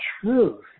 truth